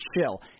chill